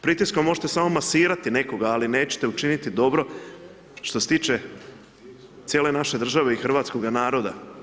Pritiskom možete samo masirati nekoga ali nećete učiniti dobro što se tiče cijele naše države i hrvatskoga naroda.